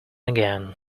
again